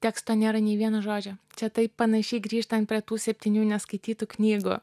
teksto nėra nei vieno žodžio čia taip panašiai grįžtant prie tų septynių neskaitytų knygų